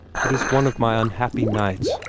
it is one of my unhappy nights,